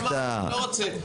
אמרתי: אני לא רוצה.